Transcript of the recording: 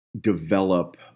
develop